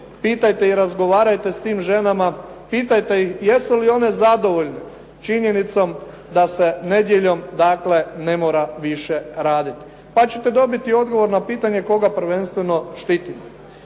pitajte i razgovarajte sa tim ženama, pitajte ih jesu li one zadovoljne činjenicom da se nedjeljom, dakle, ne mora više raditi. Pa ćete dobiti odgovor na pitanje koga prvenstveno štitimo.